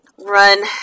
run